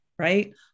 Right